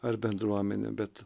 ar bendruomenėm bet